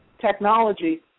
technology